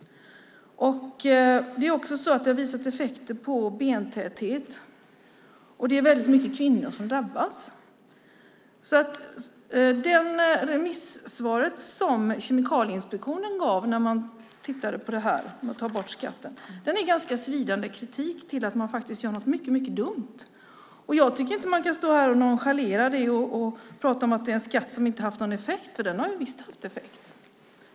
Det har också visat effekter på bentäthet. Det är väldigt många kvinnor som drabbas. Det remissvar som Kemikalieinspektionen gav efter att ha tittat på borttagningen av skatten är en ganska svidande kritik mot att man gör något mycket dumt. Jag tycker inte att man kan stå här och nonchalera det och prata om att det är en skatt som inte haft någon effekt. Den har visst haft effekt.